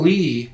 Lee